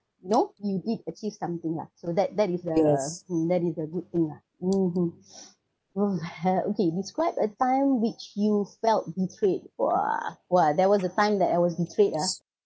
you know you did achieve something ah so that that is the that is a good thing ah mmhmm oh ha okay describe a time which you felt betrayed !wah! !wah! there was a time that I was betrayed ah